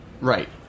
Right